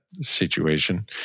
situation